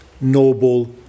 noble